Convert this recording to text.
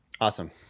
awesome